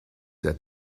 that